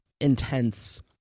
intense